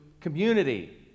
community